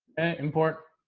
import